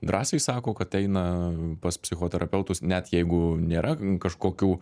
drąsiai sako kad eina pas psichoterapeutus net jeigu nėra kažkokių